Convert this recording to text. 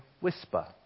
whisper